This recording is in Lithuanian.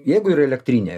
jeigu ir elektrinė